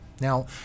Now